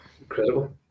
incredible